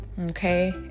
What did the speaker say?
Okay